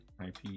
IP